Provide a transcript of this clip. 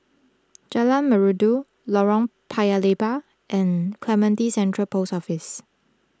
Jalan Merdu Lorong Paya Lebar and Clementi Central Post Office